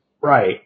Right